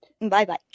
Bye-bye